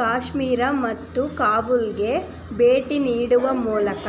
ಕಾಶ್ಮೀರ ಮತ್ತು ಕಾಬೂಲ್ಗೆ ಭೇಟಿ ನೀಡುವ ಮೂಲಕ